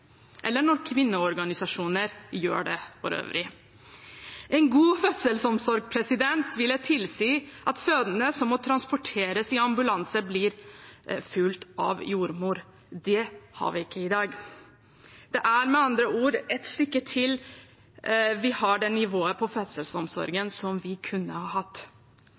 eller når kvinneorganisasjoner for øvrig gjør det. En god fødselsomsorg ville tilsi at fødende som må transporteres i ambulanse, blir fulgt av jordmor. Det har vi ikke i dag. Det er med andre ord et stykke til vi har det nivået på fødselsomsorgen som vi kunne ha hatt.